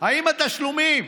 האם התשלומים,